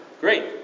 Great